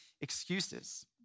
excuses